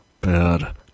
bad